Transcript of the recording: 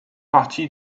partie